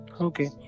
Okay